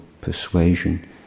persuasion